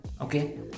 okay